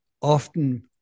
often